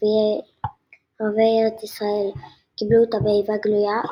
ערביי ארץ ישראל קיבלו אותה באיבה גלויה,